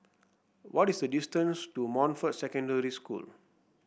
what is the distance to Montfort Secondary School